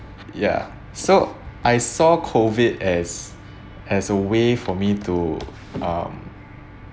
ya so I saw COVID as as a way for me to um